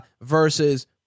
Versus